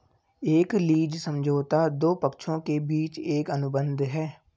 एक लीज समझौता दो पक्षों के बीच एक अनुबंध है